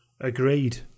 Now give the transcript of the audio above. Agreed